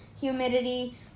humidity